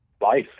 life